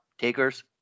takers